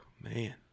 Man